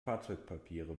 fahrzeugpapiere